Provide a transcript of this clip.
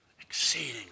Exceedingly